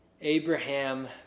Abraham